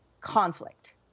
conflict